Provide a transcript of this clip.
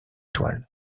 toile